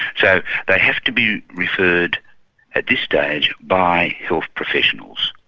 so they have to be referred at this stage by health professionals.